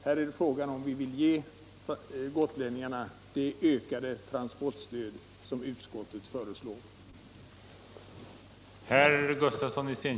Här är frågan om vi vill ge gotlänningarna det ökade transportstöd som motionärerna och utskottet föreslår eller ej.